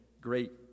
great